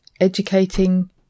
educating